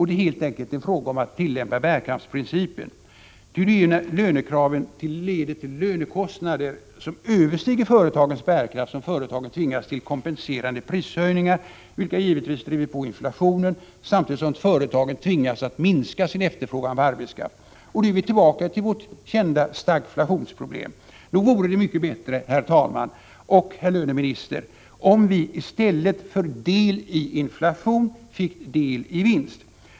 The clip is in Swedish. Det är helt enkelt fråga om att tillämpa bärkraftsprincipen, ty det är när lönekraven leder till lönekostnader som överstiger företagens bärkraft som företagen tvingas till kompenserande prishöjningar, vilka givetvis driver på inflationen, samtidigt som företagen tvingas att minska sin efterfrågan på arbetskraft. Och då är vi tillbaka vid vårt kända stagflationsproblem. Nog vore det mycket bättre, herr talman och herr löneminister, om vi i stället för del i inflation fick del i vinst.